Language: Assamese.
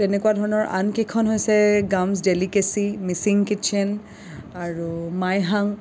আৰু তেনেকুৱা ধৰণৰ আন কেইখন হৈছে গামচ্ ডেলিকেচি মিচিং কিট্চেন আৰু মাইহাং